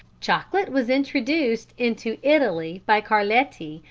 chocolate was introduced into italy by carletti,